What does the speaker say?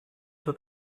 peut